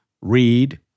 Read